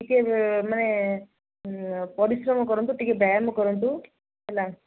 ଟିକେ ମାନେ ପରିଶ୍ରମ କରନ୍ତୁ ଟିକେ ବ୍ୟୟାମ କରନ୍ତୁ ହେଲା